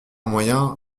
moyen